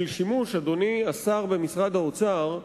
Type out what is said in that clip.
אדוני השר במשרד האוצר,